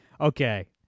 okay